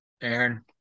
Aaron